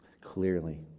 clearly